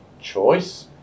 choice